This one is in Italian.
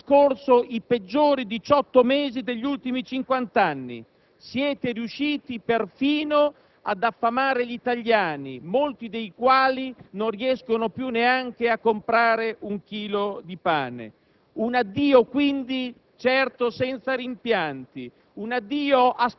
Gli italiani, con compostezza e tanta pazienza, hanno trascorso i peggiori diciotto mesi degli ultimi cinquant'anni. Siete riusciti perfino ad affamare gli italiani, molti dei quali non riescono più neanche a comprare un chilo di pane.